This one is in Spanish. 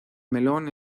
melón